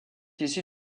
issu